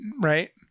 Right